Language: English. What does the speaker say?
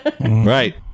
right